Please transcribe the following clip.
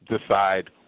decide